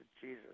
Jesus